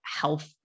health